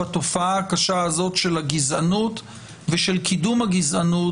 בתופעה הקשה הזאת של הגזענות ושל קידום הגזענות